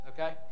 Okay